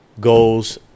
goals